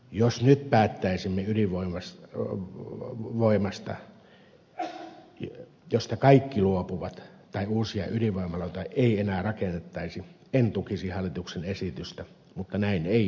jos nyt päättäisimme ydinvoimasta että kaikki luopuvat siitä tai uusia ydinvoimaloita ei enää rakennettaisi en tukisi hallituksen esitystä mutta näin ei ole